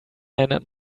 erinnert